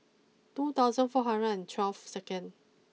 two thousand four hundred and twelve secnd